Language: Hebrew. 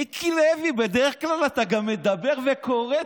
מיקי לוי, בדרך כלל אתה גם מדבר וקורא.